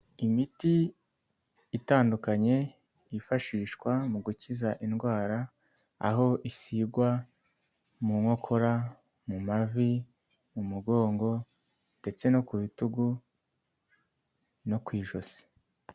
Imiti itandukanye yifashishwa mu gukiza indwara, aho isigwa mu nkokora, mu mavi, mu mugongo, ndetse no ku bitugu no ku ijosi.